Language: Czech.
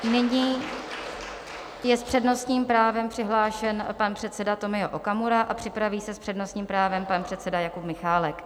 Nyní je s přednostním právem přihlášen pan předseda Tomio Okamura a připraví se s přednostním právem pan předseda Jakub Michálek.